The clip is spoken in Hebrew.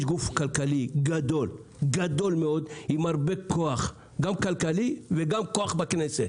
יש גוף כלכלי גדול מאוד עם הרבה כוח גם כלכלי וגם כוח בכנסת